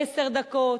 עשר דקות,